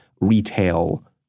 retail